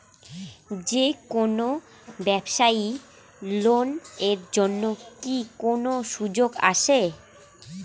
যে কোনো ব্যবসায়ী লোন এর জন্যে কি কোনো সুযোগ আসে?